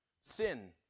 Sin